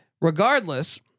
regardless